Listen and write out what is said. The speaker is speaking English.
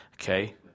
Okay